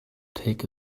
take